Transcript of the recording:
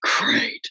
great